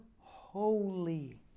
holy